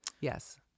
Yes